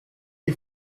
nie